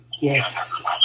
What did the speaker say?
Yes